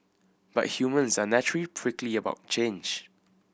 but humans are naturally prickly about change